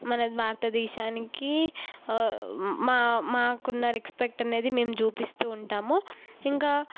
మన భారతదేశానికి మా మాకున్న రెస్పెక్ట్ అనేది మేము చూపిస్తూ ఉంటాము ఇంకా